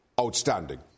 outstanding